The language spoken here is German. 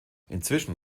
inzwischen